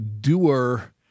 doer